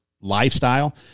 lifestyle